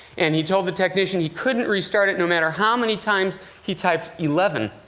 and he told the technician he couldn't restart it, no matter how many times he typed eleven.